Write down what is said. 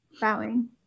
bowing